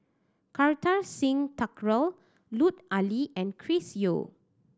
Kartar Singh Thakral Lut Ali and Chris Yeo